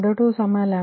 36 Pg2max320